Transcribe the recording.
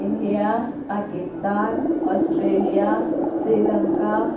India Pakistan Australia Sri Lanka